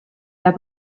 der